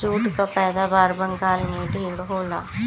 jute कअ पैदावार बंगाल में ढेर होला